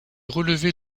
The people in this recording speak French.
relevés